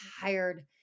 tired